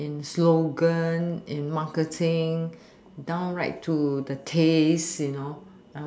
in slogan in marketing down right to the taste you know